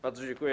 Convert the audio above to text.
Bardzo dziękuję.